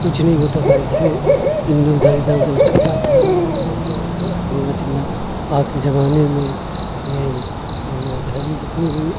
کچھ نہیں ہوتا تھا ایسے ہی انّے ادھر ادھر ادھر اچھلتا تھا ایسے ویسے پھلنا چلنا آج کے زمانے میں یہ مذہبی جتنی بھی